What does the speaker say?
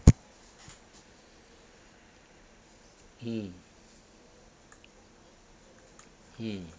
hmm hmm